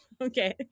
Okay